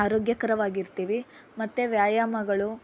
ಆರೋಗ್ಯಕರವಾಗಿರ್ತೀವಿ ಮತ್ತು ವ್ಯಾಯಾಮಗಳು